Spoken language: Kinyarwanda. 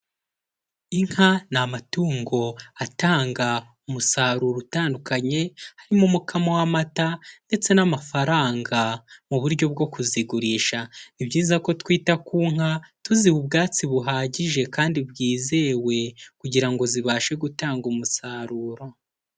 Inka ni amatungo atanga umusaruro utandukanye harimo umukamo w'amata ndetse n'amafaranga mu buryo bwo kuzigurisha, ni byiza ko twita ku nka tuziha ubwatsi buhagije kandi bwizewe kugira ngo zibashe gutanga umusaruro.